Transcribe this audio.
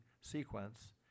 sequence